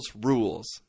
rules